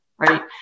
right